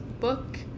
book